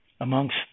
Amongst